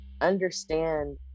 understand